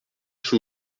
sous